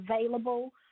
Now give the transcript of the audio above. available